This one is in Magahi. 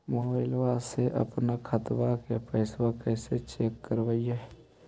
मोबाईल से अपन खाता के पैसा कैसे चेक करबई?